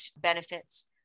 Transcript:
benefits